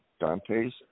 Dante's